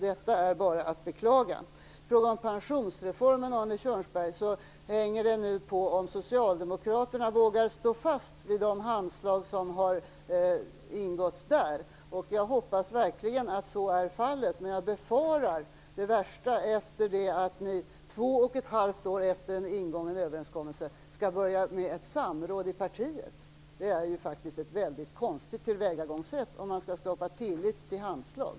Detta är bara att beklaga. Pensionsreformen, Arne Kjörnsberg, hänger nu på om Socialdemokraterna vågar stå fast vid det som har ingåtts genom handslag. Jag hoppas verkligen att så är fallet. Men jag befarar det värsta efter det att Socialdemokraterna två och ett halvt år efter en ingången överenskommelse skall påbörja ett samråd inom partiet. Det är faktiskt ett väldigt konstigt tillvägagångssätt om man skall skapa tillit till handslag.